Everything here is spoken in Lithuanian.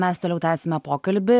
mes toliau tęsime pokalbį